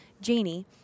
Janie